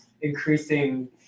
increasing